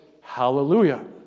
hallelujah